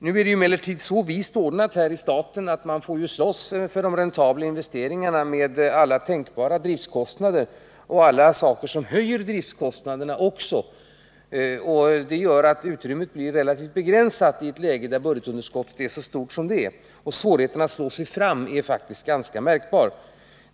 Nu är det emellertid så vist ordnat här i staten, att man får slåss för de räntabla investeringarna med alla tänkbara driftkostnader och även allt som höjer driftkostnaderna. Det gör att utrymmet blir relativt begränsat i ett läge där budgetunderskottet är så stort som det är, och svårigheten att slå sig fram är faktiskt ganska märkbar.